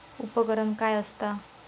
उपकरण काय असता?